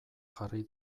jarri